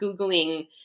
Googling